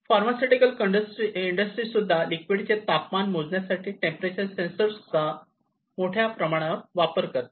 pharmaceutical industry सुद्धा लिक्विडचे तापमान मोजण्यासाठी टेम्परेचर सेन्सर चा मोठ्या प्रमाणावर वापर करतात